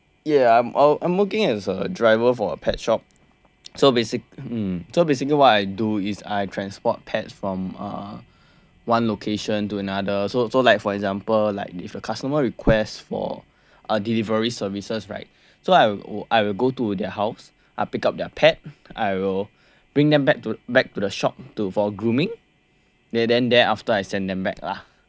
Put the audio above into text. ya I'm working as a driver for a pet shop so basic um so basically what I do is I transport pets from uh one location to another so so like for example like if a customer requests for a delivery services right so I will I will go to their house I pick up their pet I will bring them back to back to the shop to for grooming then then after I send them back lah